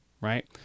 right